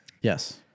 Yes